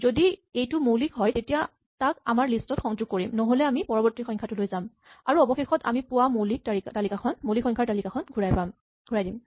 যদি এইটো মৌলিক হয় তেতিয়া আমি তাক আমাৰ লিষ্ট ত সংযোগ কৰিম নহ'লে আমি পৰৱৰ্তী সংখ্যাটোলৈ যাম আৰু অৱশেষত আমি পোৱা মৌলিক সংখ্যাৰ তালিকাখন ঘূৰাম